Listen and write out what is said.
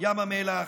ים המלח,